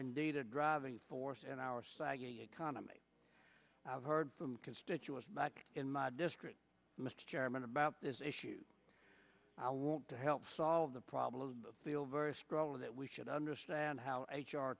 indeed a driving force in our economy i've heard from constituents back in my district mr chairman about this issue i want to help solve the problem feel very strongly that we should understand how h